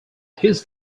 his